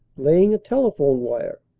laying a telephone wire,